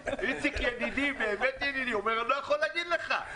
יצחק כהן ידידי אומר : אני לא יכול להגיד לך.